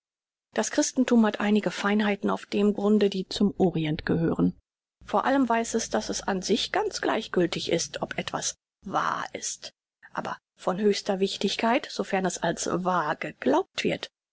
das christenthum hat einige feinheiten auf dem grunde die zum orient gehören vor allem weiß es daß es an sich ganz gleichgültig ist ob etwas wahr ist aber von höchster wichtigkeit sofern es als wahr geglaubt wird